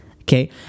okay